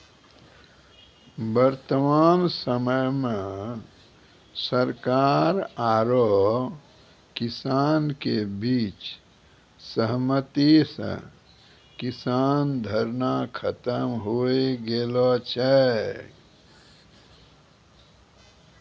वर्तमान समय मॅ सरकार आरो किसान के बीच सहमति स किसान धरना खत्म होय गेलो छै